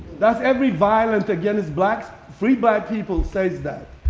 that's every violence against blacks. free black people says that.